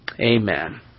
Amen